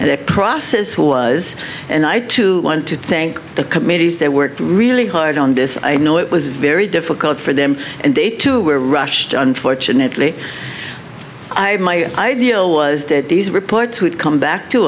and that process was and i too want to thank the committees that worked really hard on this i know it was very difficult for them and they too were rushed unfortunately i deal was that these reports would come back to